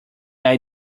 eye